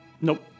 Nope